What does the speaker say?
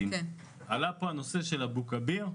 עלה פה הנושא של אבו-כביר,